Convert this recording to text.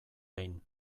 behin